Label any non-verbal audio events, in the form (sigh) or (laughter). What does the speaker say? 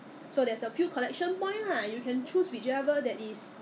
忘了不懂还 I don't know whether still still around or not still can sustain or not (laughs)